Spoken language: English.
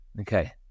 okay